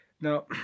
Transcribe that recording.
now